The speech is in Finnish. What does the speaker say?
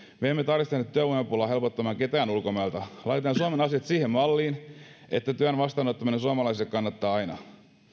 me emme tarvitse ketään ulkomailta nyt työvoimapulaa helpottamaan laitetaan suomen asiat siihen malliin että työn vastaanottaminen suomalaisille kannattaa aina